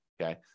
Okay